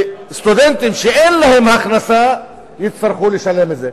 וסטודנטים שאין להם הכנסה יצטרכו לשלם את זה.